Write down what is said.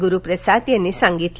गुरुप्रसाद यांनी सांगितलं